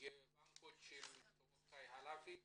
יש לנו פה ארבעה מקרים